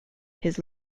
his